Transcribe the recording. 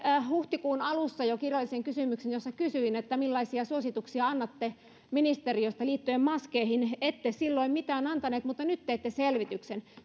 huhtikuun alussa kirjallisen kysymyksen jossa kysyin millaisia suosituksia annatte ministeriöstä liittyen maskeihin ette silloin mitään antaneet mutta nyt teette selvityksen